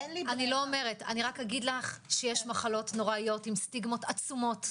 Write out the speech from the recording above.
יש מחלות נוראיות עם סטיגמות עצומות,